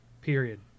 Period